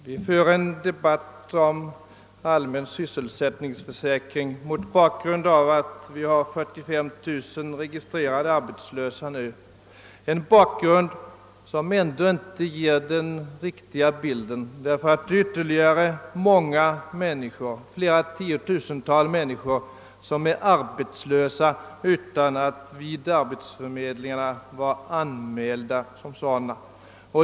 Herr talman! Vi för denna debatt om allmän sysselsättningsförsäkring mot bakgrunden av att vi nu har 45 000 registrerade arbetslösa — en bakgrund som ändå inte ger den riktiga bilden. Witerligare flera tiotusental personer är nämligen arbetslösa utan att vara anmälda som sådana vid arbetsförmedlingarna.